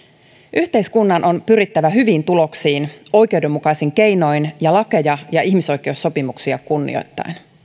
yhteiskunnan on pyrittävä hyviin tuloksiin oikeudenmukaisin keinoin ja lakeja ja ihmisoikeussopimuksia kunnioittaen